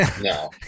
No